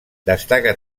destaca